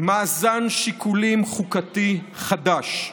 מאזן שיקולים חוקתי חדש.